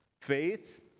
faith